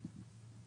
להם.